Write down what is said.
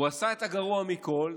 הוא עשה את הגרוע מכול,